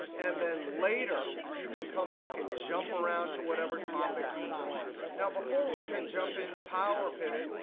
and then later, you can come back and jump around to whatever topic you want. now, before we even jump into power pivot,